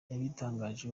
yabitangaje